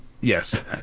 yes